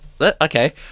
okay